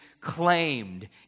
claimed